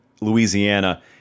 Louisiana